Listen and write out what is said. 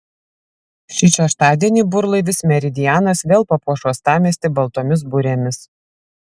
šį šeštadienį burlaivis meridianas vėl papuoš uostamiestį baltomis burėmis